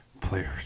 players